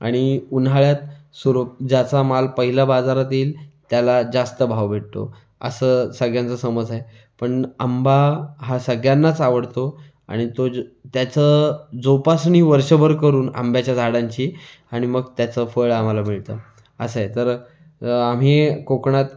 आणि उन्हाळ्यात सु ज्याचा माल पहिला बाजारात येईल त्याला जास्त भाव भेटतो असं सगळ्यांचा समज आहे पण आंबा हा सगळ्यांनाच आवडतो आणि तो त्याचं जोपासणी वर्षभर करून आंब्यांच्या झाडांची आणि मग त्याचं फळ आम्हाला मिळतं असं आहे तर आम्ही कोकणात